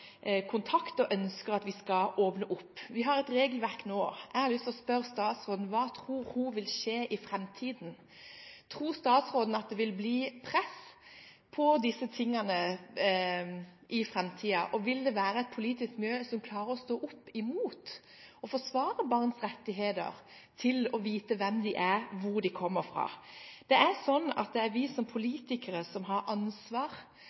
kontakt og ønsker at vi skal åpne opp. Vi har et regelverk nå, og jeg har lyst til å spørre statsråden hva hun tror vil skje i framtiden. Tror statsråden at det vil bli et press på dette i framtiden, og vil det være et politisk miljø som klarer å stå opp mot det og forsvare barns rett til å vite hvem de er, og hvor de kommer fra? Det er vi som politikere – og samfunnet – som har ansvar